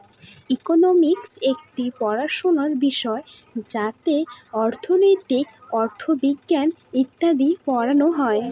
economics একটি পড়াশোনার বিষয় যাতে অর্থনীতি, অথবিজ্ঞান ইত্যাদি পড়ানো হয়